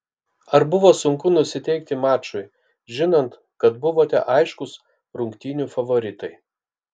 ar buvo sunku nusiteikti mačui žinant kad buvote aiškūs rungtynių favoritai